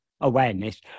awareness